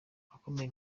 akomeye